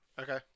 okay